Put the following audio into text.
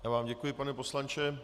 Já vám děkuji, pane poslanče.